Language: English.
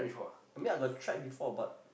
I mean I got tried before but